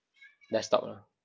desktop lah